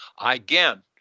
Again